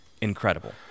incredible